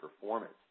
performance